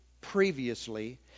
previously